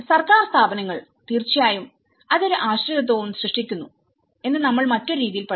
സർക്കാർ സ്ഥാപനങ്ങൾ തീർച്ചയായും അത് ഒരു ആശ്രിതത്വവും സൃഷ്ടിക്കുന്നു എന്ന് നമ്മൾ മറ്റൊരു രീതിയിൽ പഠിച്ചു